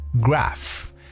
GRAPH